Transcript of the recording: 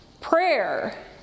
Prayer